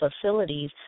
facilities